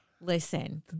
Listen